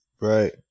Right